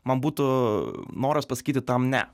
man būtų noras pasakyti tam ne